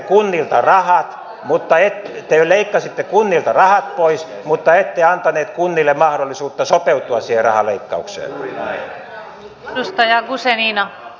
sen sijaan te vain leikkasitte kunnilta rahat pois mutta ette antaneet kunnille mahdollisuutta sopeutua siihen rahan leikkaukseen